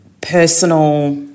personal